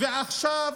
ועכשיו,